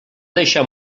deixar